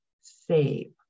save